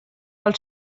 del